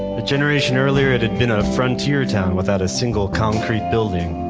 the generation earlier, it had been a frontier town without a single concrete building.